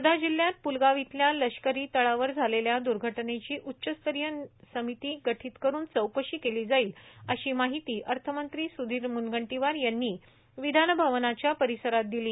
वर्धा जिल्ह्यात पूलगाव इथल्या लष्करी तळावर झालेल्या द्र्घटनेची उच्चस्तरीय समिती गठीत करून चौकशी केली जाईल अशी माहिती अर्थमंत्री सुधीर म्नगंटीवार यांनी विधानभवनाच्या परिसरात दिली